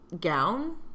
gown